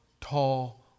tall